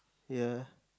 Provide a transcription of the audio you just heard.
ya